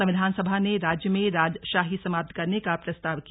संविधान सभा ने राज्य में राजशाही समाप्त करने का प्रस्ताव किया